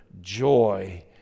joy